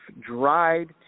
dried